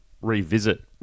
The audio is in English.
Revisit